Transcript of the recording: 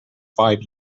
five